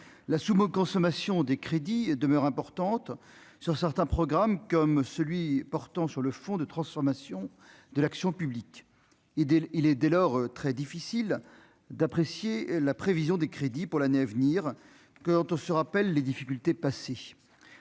la sous, consommation des crédits demeurent importantes sur certains programmes comme celui portant sur le fond de transformation de l'action publique et des il est dès lors très difficile d'apprécier la prévision des crédits pour l'année à venir quand on se rappelle les difficultés passées